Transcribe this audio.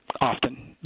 often